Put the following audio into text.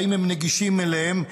ואם הם נגישים להם.